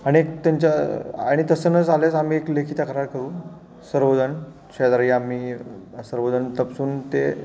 आणि एक त्यांच्या आणि तसं न झाल्यास आम्ही एक लेखी तक्रार करू सर्व जण शेजारी आम्ही सर्व जण तपासून ते